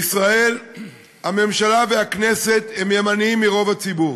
בישראל הממשלה והכנסת הן ימניות מרוב הציבור.